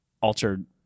altered